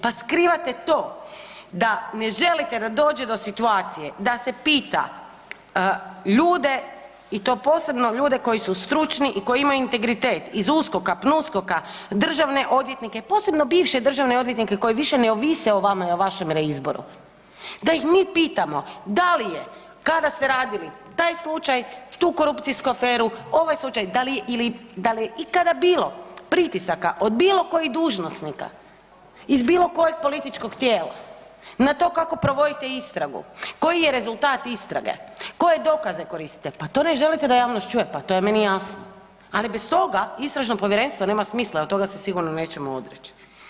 Pa skrivate to da ne želite da dođe do situacije da se pita ljude i to posebno ljude koji su stručni i koji imaju integritet iz USKOK-a, PNUSKOK-a, državne odvjetnike, posebno bivše državne odvjetnike koji više ne ovise o vama i o vašem reizboru, da ih mi pitamo da li je kada ste radili taj slučaj, tu korupcijsku aferu, ovaj slučaj da li je ikada bilo pritisaka od bilo kojih dužnosnika iz bilo kojeg političkog tijela na to kako provodite istragu, koji je rezultat istrage, koje dokaze koristite pa to ne želite da javnost čuje, pa to je meni jasno, ali bez toga istražno povjerenstvo nema smisla, a toga se sigurno nećemo odreći.